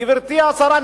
גברתי השרה,